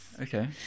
Okay